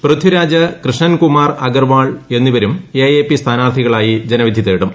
പൃഥിരാജ് കൃഷ്ണൻ കുമാർ അഗർവാൾ എന്നിവരും A A P സ്ഥാനാർത്ഥികളായി ജനവിധി തേടും